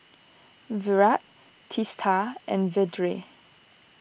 Virat Teesta and Vedre